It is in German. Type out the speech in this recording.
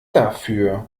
dafür